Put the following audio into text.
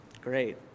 Great